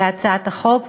על הצעת החוק,